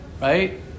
right